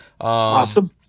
Awesome